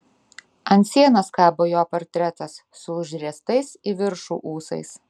ant sienos kabo jo portretas su užriestais į viršų ūsais